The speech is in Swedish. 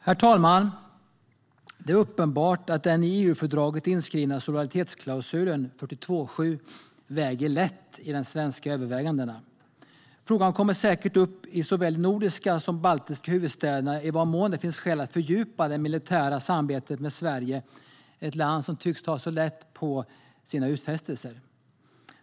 Herr talman! Det är uppenbart att den i EU-fördraget inskrivna solidaritetsklausulen, artikel 42.7, väger lätt i de svenska övervägandena. Frågan kommer säkert upp i såväl de nordiska som baltiska huvudstäderna i vad mån det finns skäl att fördjupa det militära samarbetet med Sverige, ett land som tycks ta så lätt på sina utfästelser.